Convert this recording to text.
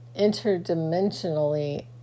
interdimensionally